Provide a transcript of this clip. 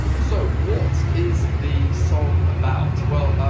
so what is the song about? well,